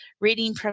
reading